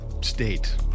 state